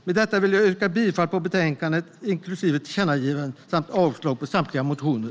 Med detta vill jag yrka bifall till förslaget i betänkandet inklusive tillkännagivandet och avslag på samtliga motioner.